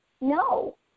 no